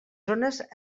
zones